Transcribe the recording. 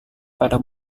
pada